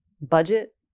budget